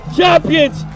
champions